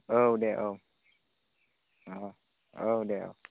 औ दे औ औ औ दे औ